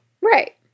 Right